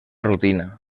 rutina